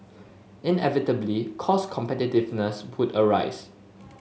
inevitably cost competitiveness arise